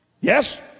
Yes